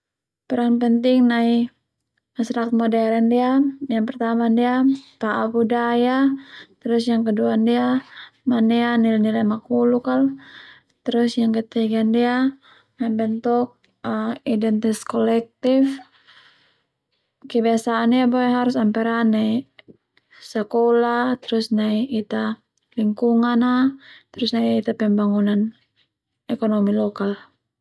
Peran penting nai masyarakat modern ndia yang pertama ndia pa'a budaya terus yang kedua ndia manea nilai-nilai makhluk al terus yang ke tiga ndia membentuk identas kolektif kebiasaan ia boe harus ana peran nai sekolah terus nai Ita lingkungan a terus nai Ita pembangunan ekonomi lokal.